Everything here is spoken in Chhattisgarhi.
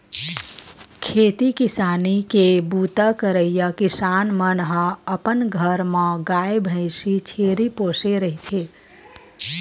खेती किसानी के बूता करइया किसान मन ह अपन घर म गाय, भइसी, छेरी पोसे रहिथे